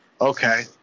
okay